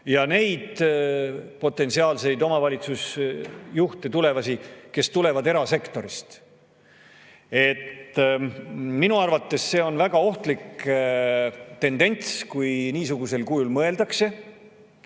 ja neid potentsiaalseid tulevasi omavalitsusjuhte, kes tulevad erasektorist. Minu arvates on see väga ohtlik tendents, kui niisugusel kujul mõeldakse.